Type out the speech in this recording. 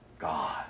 God